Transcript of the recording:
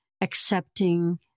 accepting